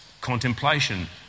contemplation